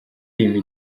iyi